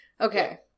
Okay